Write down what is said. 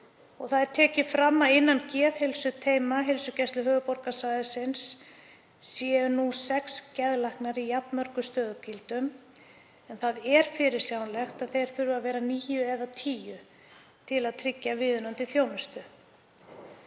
vikur. Tekið er fram að innan geðheilsuteyma Heilsugæslu höfuðborgarsvæðisins séu nú sex geðlæknar í jafn mörgum stöðugildum, en það er fyrirsjáanlegt að þeir þurfi að vera níu eða tíu til að tryggja viðunandi þjónustu.